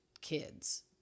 kids